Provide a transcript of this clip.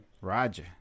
Roger